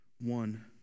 one